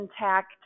intact